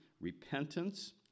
repentance